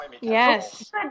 Yes